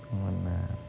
come on lah